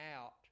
out